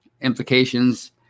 implications